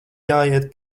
jāiet